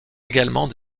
également